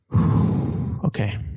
Okay